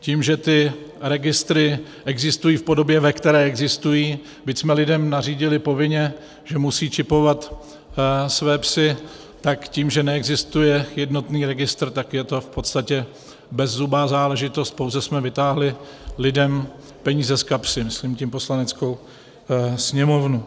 Tím, že ty registry existují v podobě, ve které existují, byť jsme lidem nařídili povinně, že musí čipovat své psy, tak tím, že neexistuje jednotný registr, tak je to v podstatě bezzubá záležitost, pouze jsme vytáhli lidem peníze z kapes, myslím tím Poslaneckou sněmovnu.